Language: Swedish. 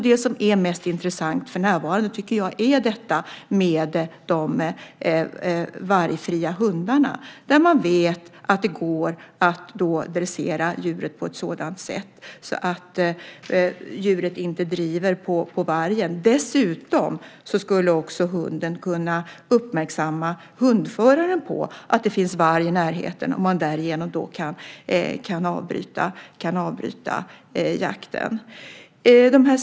Det som för närvarande är mest intressant är de vargfria hundarna. Man vet att det går att dressera djuret på ett sådant sätt att djuret inte driver på vargen. Dessutom skulle hunden kunna uppmärksamma hundföraren på att det finns varg i närheten, och man kan därigenom avbryta jakten.